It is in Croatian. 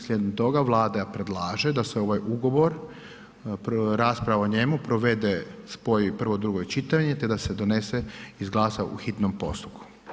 Slijedom tog Vlada predlaže da se ovaj Ugovor rasprava o njemu, provede, spoji prvo i drugo čitanje te da se donese, izglasa u hitnom postupku.